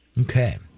Okay